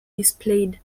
displayed